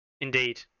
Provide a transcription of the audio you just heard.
Indeed